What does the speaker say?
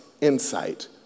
insight